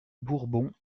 bourbon